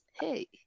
hey